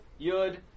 Yud